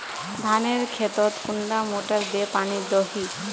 धानेर खेतोत कुंडा मोटर दे पानी दोही?